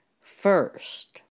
first